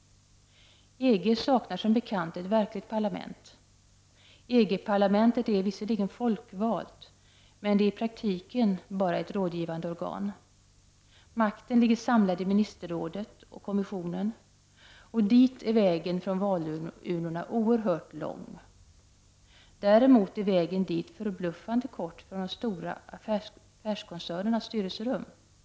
EG saknar som bekant ett verkligt parlament. ”EG-parlamentet” är visserligen folkvalt, men det är i praktiken bara ett rådgivande organ. Makten ligger samlad i ministerrådet och kommissionen, och dit är vägen från valurnorna oerhört lång. Däremot är vägen dit från de stora affärskoncernernas styrelserum förbluffande kort.